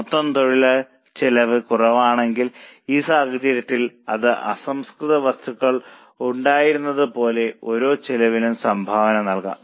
മൊത്തം തൊഴിൽ ചെലവ് കുറവാണെങ്കിൽ ഈ സാഹചര്യത്തിൽ അത് അസംസ്കൃത വസ്തുക്കളിൽ ഉണ്ടായിരുന്നതുപോലെ ഓരോ ചെലവിനും സംഭാവന നൽകാം